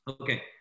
Okay